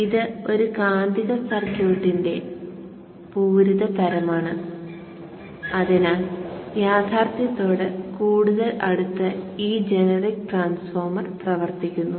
ഇത് ഒരു കാന്തിക സർക്യൂട്ടിന്റെ പൂരിത തരമാണ് അതിനാൽ യാഥാർത്ഥ്യത്തോട് കൂടുതൽ അടുത്ത് ഈ ജനറിക് ട്രാൻസ്ഫോർമർ പ്രവർത്തിക്കുന്നു